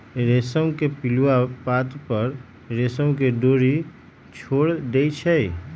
रेशम के पिलुआ पात पर रेशम के डोरी छोर देई छै